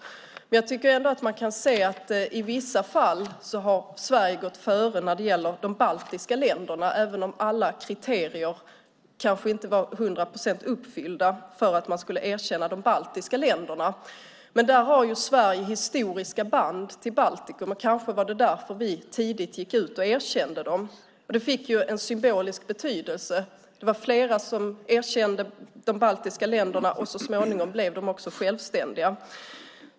Jag tycker ändå att man kan se att Sverige i vissa fall har gått före, till exempel när det gäller de baltiska länderna, även om alla kriterier kanske inte var till hundra procent uppfyllda för att man skulle erkänna de baltiska länderna. Där har Sverige historiska band till Baltikum. Kanske var det därför vi tidigt erkände länderna. Det fick en symbolisk betydelse. Det var flera som erkände de baltiska länderna, och så småningom blev de självständiga.